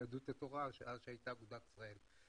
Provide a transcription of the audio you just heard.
יהדות התורה שאז הייתה אגודת ישראל.